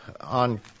on